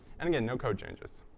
and again, no code changes.